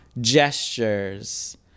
gestures